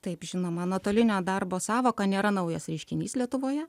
taip žinoma nuotolinio darbo sąvoka nėra naujas reiškinys lietuvoje